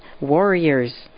warriors